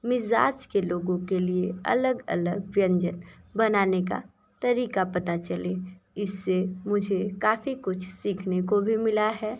मिज़ाज के लोगों के लिए अलग अलग व्यंजन बनाने का तरीका पता चले इससे मुझे काफ़ी कुछ सीखने को भी मिला है